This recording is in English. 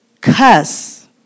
cuss